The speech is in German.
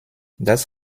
das